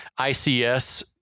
ICS